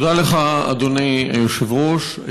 תודה לך, אדוני היושב-ראש.